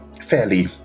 fairly